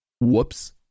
Whoops